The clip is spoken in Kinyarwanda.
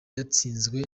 yatsinzwe